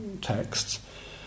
texts